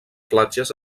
platges